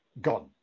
gone